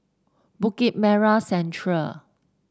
Bukit Merah Central